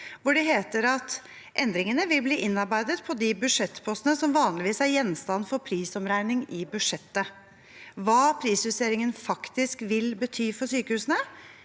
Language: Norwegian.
hvor det sto: «Endringene vil bli innarbeidet på de budsjettpostene som vanligvis er gjenstand for prisomregning i budsjettet.» Hva prisjusteringen faktisk vil bety for sykehusene,